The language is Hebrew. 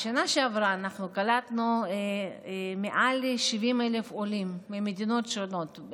בשנה שעברה אנחנו קלטנו מעל 70,000 עולים ממדינות שונות,